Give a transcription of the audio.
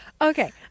Okay